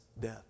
death